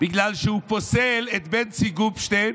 בגלל שהוא פוסל את בנצי גופשטיין